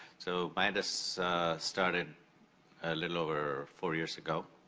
so, midas started a little over four years ago.